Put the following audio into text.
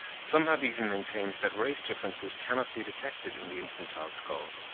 some have even maintained that race-differences cannot be detected in the infantile skull.